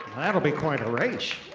that'll be quite a race.